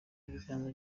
ibiganza